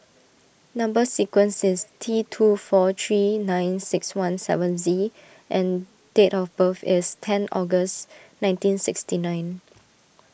Number Sequence is T two four three nine six one seven Z and date of birth is ten August nineteen sixty nine